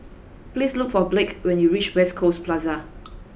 please look for Blake when you reach West Coast Plaza